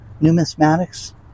numismatics